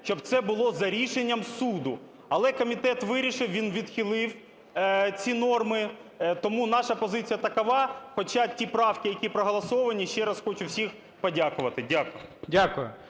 щоб це було за рішенням суду. Але комітет вирішив, він відхилив ці норми. Тому наша позиція такова: почати ті правки, які проголосовані. Ще раз хочу всім подякувати. Дякую.